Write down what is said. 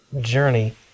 journey